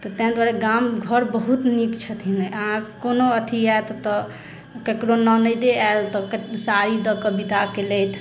तऽ ताहि दुआरे गाम घर बहुत नीक छथिन अहाँ कोनो अथि हैत तऽ ककरो ननैदे आयल तऽ साड़ी दऽ कऽ बिदा केलथि